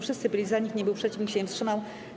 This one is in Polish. Wszyscy byli za, nikt nie był przeciw, nikt się nie wstrzymał.